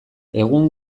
egun